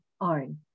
own